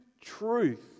truth